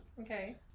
Okay